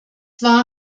war